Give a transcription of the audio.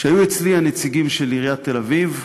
כשהיו אצלי הנציגים של עיריית תל-אביב,